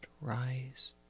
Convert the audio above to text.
rise